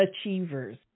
Achievers